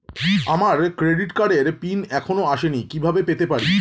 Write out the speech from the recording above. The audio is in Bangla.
আমার ক্রেডিট কার্ডের পিন এখনো আসেনি কিভাবে পেতে পারি?